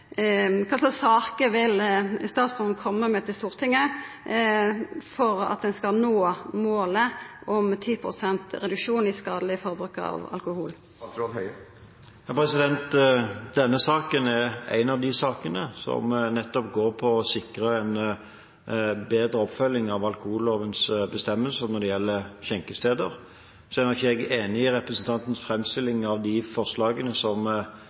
slags saker vil statsråden koma med til Stortinget for at ein skal nå målet om 10 pst. reduksjon i skadeleg forbruk av alkohol? Denne saken er en av de sakene som nettopp går på å sikre en bedre oppfølging av alkohollovens bestemmelser når det gjelder skjenkesteder. Så er ikke jeg enig i representantens framstilling av de forslagene som